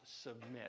submit